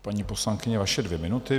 Paní poslankyně, vaše dvě minuty.